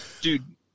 Dude